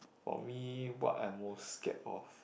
for me what I'm most scared of